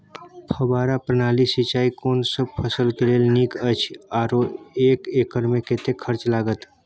फब्बारा प्रणाली सिंचाई कोनसब फसल के लेल नीक अछि आरो एक एकर मे कतेक खर्च लागत?